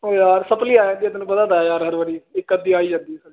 ਓ ਯਾਰ ਸਪਲੀ ਆ ਜਾਂਦੀ ਆ ਤੈਨੂੰ ਪਤਾ ਤਾਂ ਹੈ ਯਾਰ ਹਰ ਵਾਰੀ ਇੱਕ ਅੱਧੀ ਆ ਹੀ ਜਾਂਦੀ